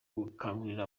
gukangurira